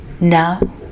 now